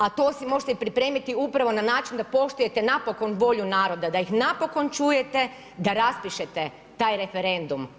A to si možete pripremiti, upravo na način, da poštujete volju naroda, da ih napokon čujete, da raspišete taj referendum.